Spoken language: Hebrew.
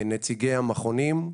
נציגי המכונים,